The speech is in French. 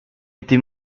était